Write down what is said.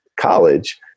college